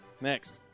Next